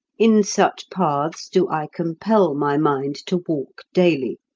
in such paths do i compel my mind to walk daily.